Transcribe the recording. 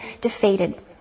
defeated